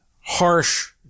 harsh